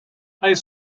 high